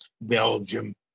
Belgium